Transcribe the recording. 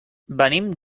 venim